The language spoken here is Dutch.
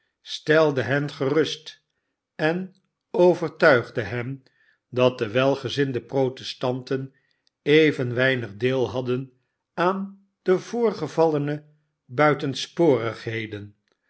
stelde hen gerust en overtuigde hen dat de welgezinde protestanten even weinig deel hadden aan de voorgevallene buitensporigheden